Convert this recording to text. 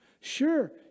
Sure